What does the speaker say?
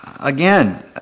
Again